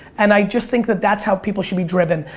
and i just think that that's how people should be driven.